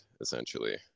essentially